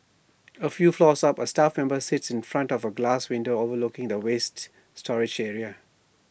A few floors up A staff member sits in front of A glass window overlooking the waste storage area